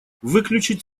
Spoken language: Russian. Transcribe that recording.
выключить